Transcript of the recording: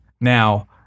Now